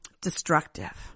Destructive